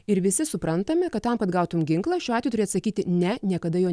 ir visi suprantame kad tam kad gautum ginklą šiuo metu turi atsakyti ne niekada jo